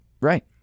Right